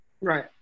right